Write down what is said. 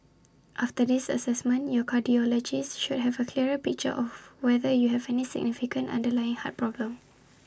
after this Assessment your cardiologist should have A clearer picture of whether you have any significant underlying heart problem